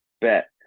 Bet